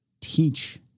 teach